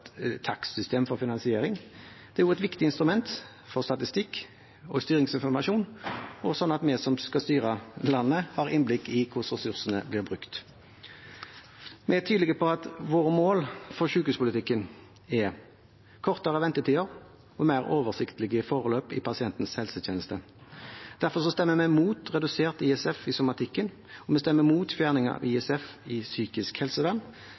takstsystem for finansiering, det er også et viktig instrument for statistikk og styringsinformasjon, sånn at vi som skal styre landet, har innblikk i hvordan ressursene blir brukt. Vi er tydelige på at våre mål for sykehuspolitikken er kortere ventetider og mer oversiktlige forløp i pasientens helsetjeneste. Derfor stemmer vi mot redusert ISF i somatikken, og vi stemmer mot fjerning av ISF i psykisk helsevern,